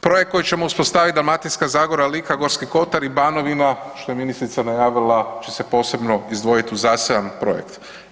Projekt koji ćemo uspostavit Dalmatinska zagora, Lika, Gorski kotar i Banovina što je ministrica najavila će se posebno izdvojit u zaseban projekt.